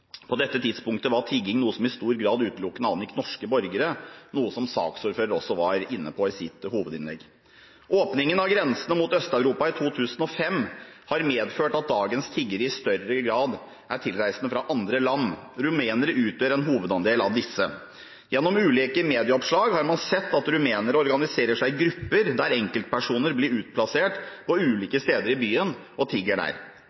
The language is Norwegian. På dette tidspunktet var tigging noe som i stor grad utelukkende angikk norske borgere, noe som også saksordføreren var inne på i sitt hovedinnlegg. Åpningen av grensene mot Øst-Europa i 2005 har medført at dagens tiggere i større grad er tilreisende fra andre land. Rumenere utgjør en hoveddel av disse. Gjennom ulike medieoppslag har man sett at rumenere organiserer seg i grupper, der enkeltpersoner blir utplassert på ulike steder i byen og tigger der.